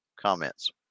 comments